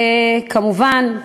כמובן,